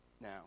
now